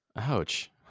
Ouch